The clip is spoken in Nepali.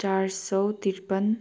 चार सय त्रिपन्न